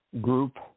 group